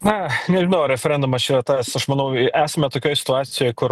na nežinau ar referendumas čia tas aš manau esame tokioj situacijoj kur